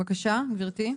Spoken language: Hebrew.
בבקשה, גברתי.